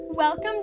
Welcome